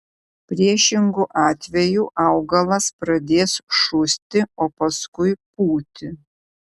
priešingu atveju augalas pradės šusti o paskui pūti